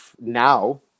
now